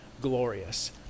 glorious